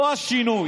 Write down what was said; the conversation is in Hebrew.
לא השינוי.